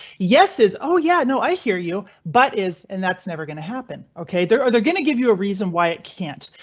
yes is. oh yeah, no, i hear you but is and that's never going to happen. ok, they're they're going to give you a reason why it can't.